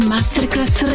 Masterclass